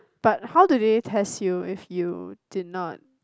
but how do they test you if you did not